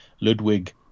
Ludwig